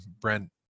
Brent